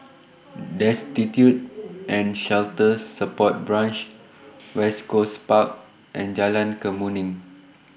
Destitute and Shelter Support Branch West Coast Park and Jalan Kemuning